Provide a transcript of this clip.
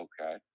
Okay